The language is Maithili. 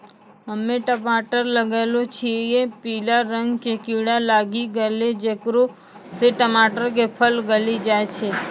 हम्मे टमाटर लगैलो छियै पीला रंग के कीड़ा लागी गैलै जेकरा से टमाटर के फल गली जाय छै?